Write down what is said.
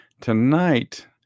Tonight